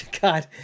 God